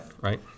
Right